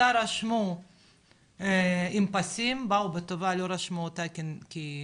אותה רשמו עם פסים, עשו טובה, לא רשמו אותה כי היא